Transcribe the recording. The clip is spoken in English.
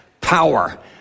power